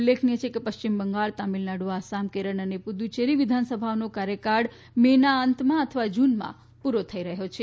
ઉલ્લેખનીય છે કે પશ્ચિમ બંગાળ તમીલનાડુ આસામ કેરળ અને પુડુચેરી વિધાનસભાઓનો કાર્યકાળ મે ના અંતમાં અથવા જુનમાં પુરો થઇ રહ્યો છે